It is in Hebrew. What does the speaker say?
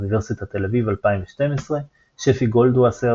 אוניברסיטת תל אביב 2012 שפי גולדווסר,